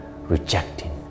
rejecting